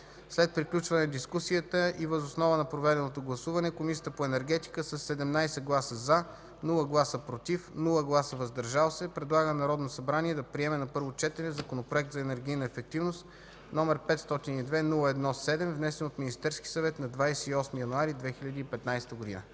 След приключване на дискусията и въз основа на проведеното гласуване Комисията по енергетика с 17 гласа „за”, без „против” и „въздържали се”, предлага на Народно събрание да приеме на първо четене Законопроект за енергийната ефективност, № 502-01-7, внесен от Министерски съвет на 28 януари 2015г.”